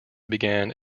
began